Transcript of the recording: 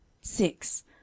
six